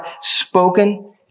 spoken